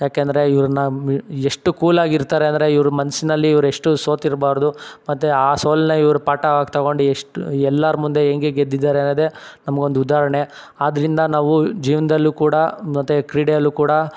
ಯಾಕಂದರೆ ಇವ್ರನ್ನ ಎಷ್ಟು ಕೂಲಾಗಿರ್ತಾರೆ ಅಂದರೆ ಇವರು ಮನಸ್ನಲ್ಲಿ ಇವರೆಷ್ಟು ಸೋತಿರಬಾರ್ದು ಮತ್ತು ಆ ಸೋಲನ್ನೆ ಇವರು ಪಾಠ ಆಗಿ ತಗೊಂಡು ಎಷ್ಟು ಎಲ್ಲರ ಮುಂದೆ ಹೆಂಗೆ ಗೆದ್ದಿದ್ದಾರೆ ಅನ್ನೋದೆ ನಮ್ಗೊಂದು ಉದಾಹರ್ಣೆ ಆದ್ದರಿಂದ ನಾವು ಜೀವನದಲ್ಲೂ ಕೂಡ ಮತ್ತು ಕ್ರೀಡೆಯಲ್ಲೂ ಕೂಡ